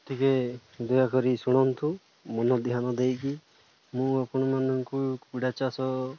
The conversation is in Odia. ଟିକେ ଦୟାକରି ଶୁଣନ୍ତୁ ମନ ଧ୍ୟାନ ଦେଇକି ମୁଁ ଆପଣମାନଙ୍କୁ କୁକୁଡ଼ା ଚାଷ